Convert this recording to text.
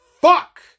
fuck